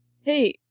Hey